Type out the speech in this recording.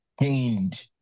gained